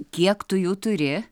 kiek tu jų turi